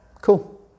Cool